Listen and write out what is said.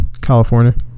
California